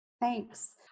Thanks